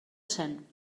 cent